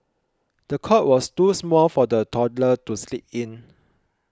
the cot was too small for the toddler to sleep in